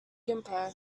gimpo